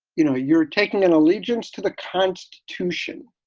you know you're taking an allegiance to the constitution,